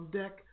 deck